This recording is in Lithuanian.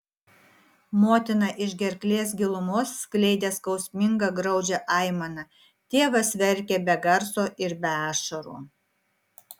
motina iš gerklės gilumos skleidė skausmingą graudžią aimaną tėvas verkė be garso ir be ašarų